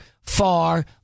far